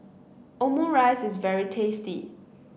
Omurice is very tasty